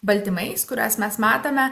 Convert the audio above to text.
baltymais kuriuos mes matome